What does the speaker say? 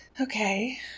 okay